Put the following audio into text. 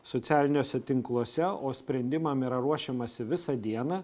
socialiniuose tinkluose o sprendimam yra ruošiamasi visą dieną